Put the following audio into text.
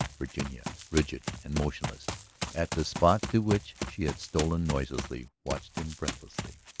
virginia, rigid and motionless at the spot to which she had stolen noiselessly, watched him breathlessly.